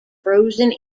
frozen